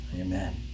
amen